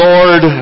Lord